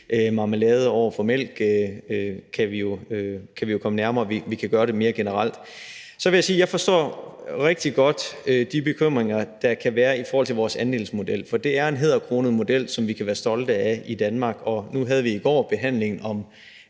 marmelade over for mælk. Vi kan gøre det mere generelt. Så vil jeg sige, at jeg forstår rigtig godt de bekymringer, der kan være i forhold til vores andelsmodel, for det er en hæderkronet model, som vi kan være stolte af i Danmark. Nu havde vi i går behandlingen om